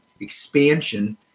expansion